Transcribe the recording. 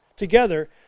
Together